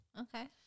okay